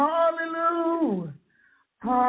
Hallelujah